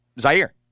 Zaire